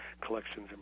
collections